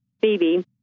Phoebe